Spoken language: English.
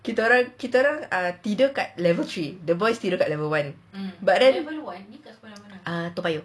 kita orang kita orang uh tidur dekat level three the boys tidur dekat level one but then ah toa payoh